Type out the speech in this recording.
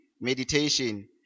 Meditation